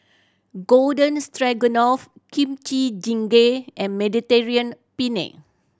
Garden Stroganoff Kimchi Jjigae and Mediterranean Penne